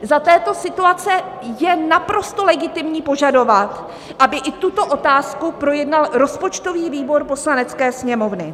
Za této situace je naprosto legitimní požadovat, aby i tuto otázku projednal rozpočtový výbor Poslanecké sněmovny.